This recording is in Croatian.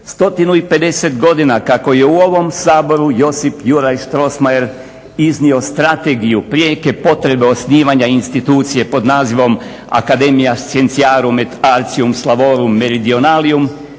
150 godina kako je u ovom Saboru Josip Juraj Strossmayer iznio strategiju prijeke potrebe osnivanja institucije pod nazivom Academia scientiarum et artium slavorum meridionalium.